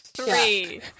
Three